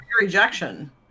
rejection